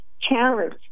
challenge